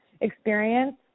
experience